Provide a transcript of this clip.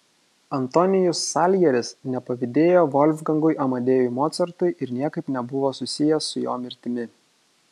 antonijus saljeris nepavydėjo volfgangui amadėjui mocartui ir niekaip nebuvo susijęs su jo mirtimi